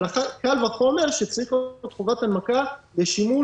קל וחומר שצריכה להיות חובת הנמקה במצב